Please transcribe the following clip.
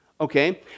Okay